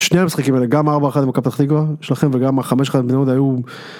שני המשחקים האלה גם ארבע אחת לפתח תקווה שלכם וגם חמש אחת לבני יהודה היו.